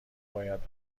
باید